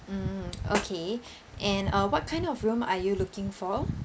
mm okay and uh what kind of room are you looking for